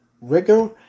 rigor